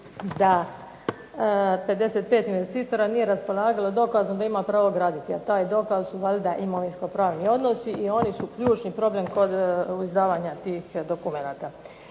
da 55 investitora nije raspolagalo dokazom da ima pravo graditi, a taj dokaz su valjda imovinsko-pravni odnosi i oni su ključni problem kod izdavanja tih dokumenata.